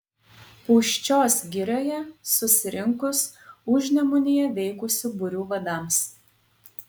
pūščios girioje susirinkus užnemunėje veikusių būrių vadams